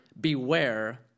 Beware